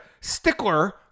stickler